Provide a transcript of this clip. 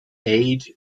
age